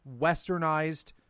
westernized